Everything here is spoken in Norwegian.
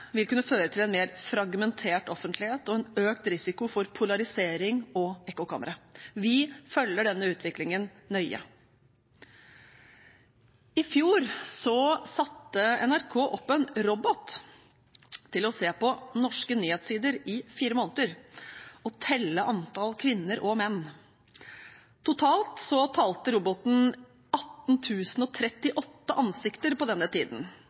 vil kunne føre til en mer fragmentert offentlighet og en økt risiko for polarisering og ekkokamre. Vi følger denne utviklingen nøye. I fjor satte NRK opp en robot til å se på norske nyhetssider i fire måneder og telle antall kvinner og menn. Totalt talte roboten 18 038 ansikter på denne tiden.